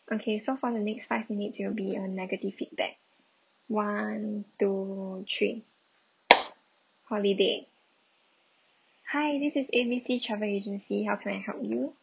okay so for the next five minutes it'll be a negative feedback one to three holiday hi this is A B C travel agency how can I help you